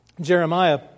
jeremiah